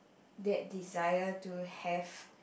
that desire to have